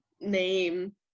name